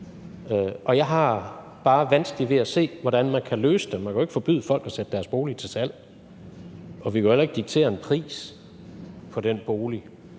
Jeg har bare vanskeligt ved at se, hvordan man kan løse det. Man kan jo ikke forbyde folk at sætte deres bolig til salg. Og vi kan jo heller ikke diktere en pris på den bolig.